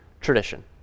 tradition